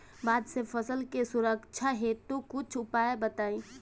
बाढ़ से फसल के सुरक्षा हेतु कुछ उपाय बताई?